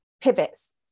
pivots